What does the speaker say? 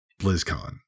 BlizzCon